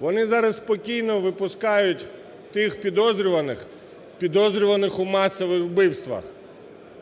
вони зараз спокійно випускають тих підозрюваних, підозрюваних у масових вбивствах,